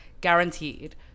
guaranteed